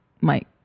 Mike